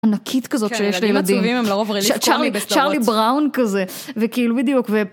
-ענקית כזאת שיש לילדים, צ'רלי בראון כזה -כן ילדים עצובים הם רעים בכל מני סדרות -וכאילו בדיוק